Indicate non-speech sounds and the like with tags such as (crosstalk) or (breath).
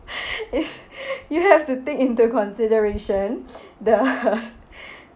(laughs) if (laughs) you have to take into consideration (breath) the (laughs)